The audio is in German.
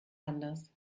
anders